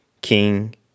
king